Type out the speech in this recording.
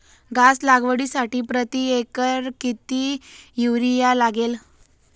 घास लागवडीसाठी प्रति एकर किती युरिया लागेल?